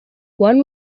one